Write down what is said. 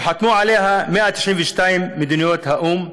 שחתמו עליה 192 מדינות האו"ם,